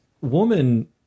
woman